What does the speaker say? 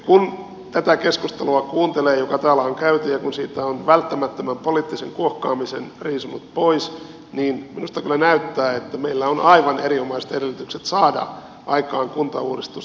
kun kuuntelee tätä keskustelua joka täällä on käyty ja kun siitä on välttämättömän poliittisen kuohkaamisen riisunut pois niin minusta kyllä näyttää että meillä on aivan erinomaiset edellytykset saada aikaan kuntauudistus